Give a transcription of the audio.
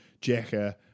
jacker